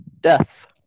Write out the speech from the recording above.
death